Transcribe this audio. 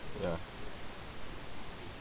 ya